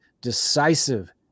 decisive